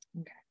Okay